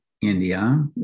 india